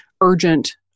urgent